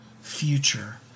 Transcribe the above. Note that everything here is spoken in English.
future